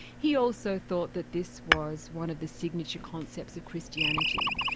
he also thought that this was one of the signature concepts of christianity,